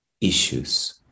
Issues